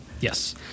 yes